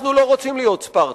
אנחנו לא רוצים להיות ספרטה.